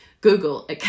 Google